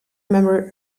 member